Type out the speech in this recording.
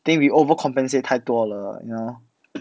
think we overcompensate 太多了 you know